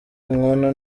inkono